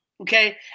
okay